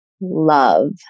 love